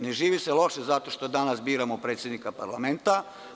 Ne živi se loše zato što danas biramo predsednika parlamenta.